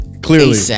Clearly